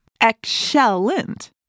Excellent